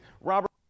Robert